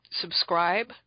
subscribe –